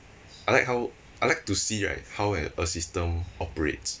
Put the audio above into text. I like how I like to see right how when a system operates